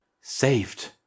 Saved